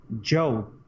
Joe